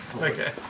Okay